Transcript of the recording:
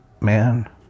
man